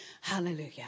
Hallelujah